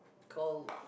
call